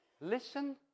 Listen